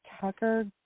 Tucker